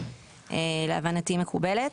להבנתי מקובלת.